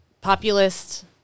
populist